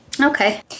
Okay